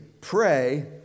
pray